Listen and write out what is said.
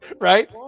Right